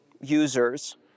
users